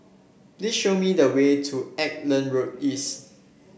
please show me the way to Auckland Road East